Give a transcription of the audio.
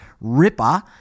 ripper